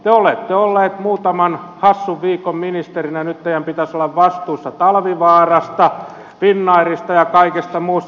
te olette ollut muutaman hassun viikon ministerinä ja nyt teidän pitäisi olla vastuussa talvivaarasta finnairista ja kaikesta muusta